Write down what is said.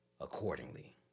accordingly